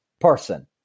person